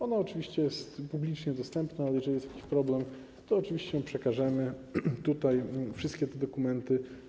Ona oczywiście jest publicznie dostępna, ale jeżeli jest jakiś problem, to oczywiście my przekażemy wszystkie te dokumenty.